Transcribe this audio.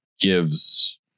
gives